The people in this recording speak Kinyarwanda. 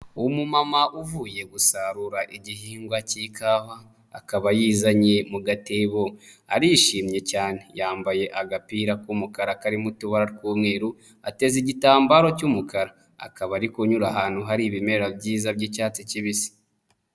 Umumama uvuye gusarura igihingwa cy'ikawa akaba ayizanye mu gatebo, arishimye cyane, yambaye agapira k'umukara karimo utubara tw'umweru, ateze igitambaro cy'umukara akaba ari kunyura ahantu hari ibimera byiza by'icyatsi kibisi.